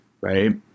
right